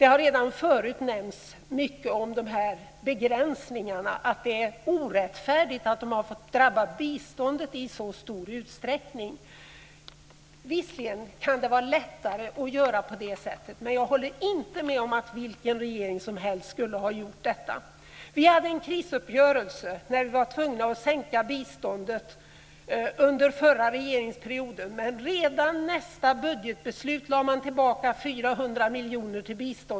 Det har redan förut nämnts mycket om de här begränsningarna, att det är orättfärdigt att de har fått drabba biståndet i så stor utsträckning. Visserligen kan det vara lättare att göra på det sättet. Men jag håller inte med om att vilken regering som helst skulle ha gjort detta.